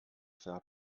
faire